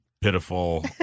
pitiful